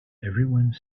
everyone